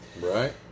Right